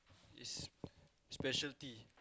is speciality